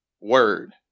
word